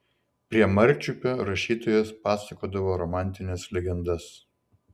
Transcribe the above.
prie marčiupio rašytojas pasakodavo romantines legendas